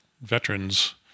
veterans